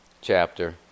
chapter